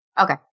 Okay